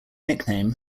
nickname